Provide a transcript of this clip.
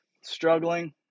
struggling